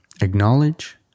acknowledge